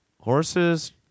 Horses